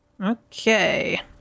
Okay